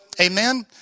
Amen